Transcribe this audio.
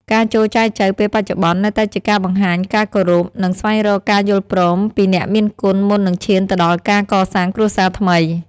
ការចូលចែចូវពេលបច្ចុប្បន្ន នៅតែជាការបង្ហាញការគោរព និងស្វែងរកការយល់ព្រមពីអ្នកមានគុណមុននឹងឈានទៅដល់ការកសាងគ្រួសារថ្មី។